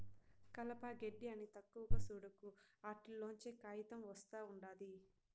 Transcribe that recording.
కలప, గెడ్డి అని తక్కువగా సూడకు, ఆటిల్లోంచే కాయితం ఒస్తా ఉండాది